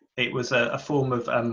it was a form of